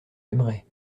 aimerais